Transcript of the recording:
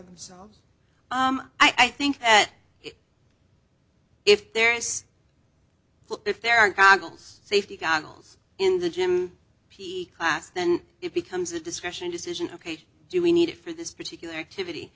themselves i think that if there is if there are goggles safety goggles in the gym p class then it becomes a discussion decision ok do we need it for this particular activity